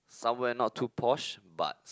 somewhere not too posh but